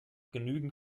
genügend